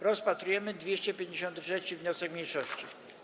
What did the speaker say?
Rozpatrujemy 253. wniosek mniejszości.